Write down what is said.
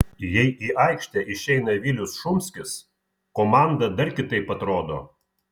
jei į aikštę išeina vilius šumskis komanda dar kitaip atrodo